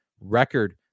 record